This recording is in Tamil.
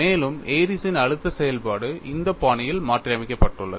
மேலும் ஏரிஸ்ன் Airy's அழுத்த செயல்பாடு இந்த பாணியில் மாற்றியமைக்கப்பட்டுள்ளது